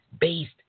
based